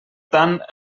tant